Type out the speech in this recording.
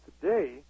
today